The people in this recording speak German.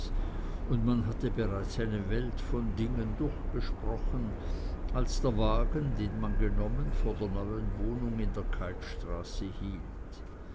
und man hatte bereits eine welt von dingen durchgesprochen als der wagen den man genommen vor der neuen wohnung in der keithstraße hielt